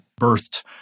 birthed